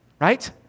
right